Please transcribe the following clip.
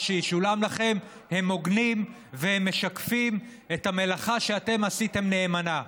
שישולם לכם הם הוגנים והם משקפים את המלאכה שאתם עשיתם נאמנה.